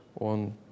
on